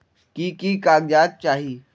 की की कागज़ात चाही?